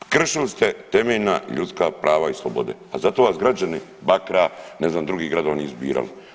Kršili ste temeljna ljudska prava i slobode, a zato vas građani Bakra, ne znam drugih gradova nisu birali.